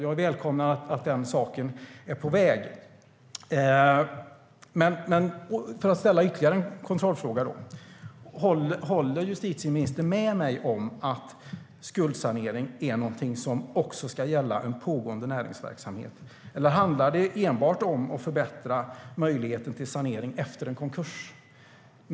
Jag välkomnar att den frågan är på väg. För att ställa ytterligare en kontrollfråga: Håller justitieministern med mig om att skuldsanering är något som ska gälla också en pågående näringsverksamhet, eller handlar det enbart om att förbättra möjligheten till sanering efter en konkurs?